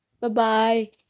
Bye-bye